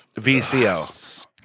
VCO